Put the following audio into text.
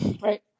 right